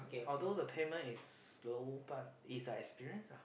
although the payment is slow but it's the experience lah